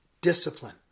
Discipline